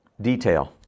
detail